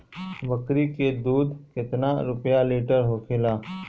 बकड़ी के दूध केतना रुपया लीटर होखेला?